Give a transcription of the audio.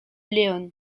león